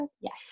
yes